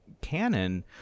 canon